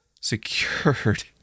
secured